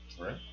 Right